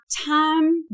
time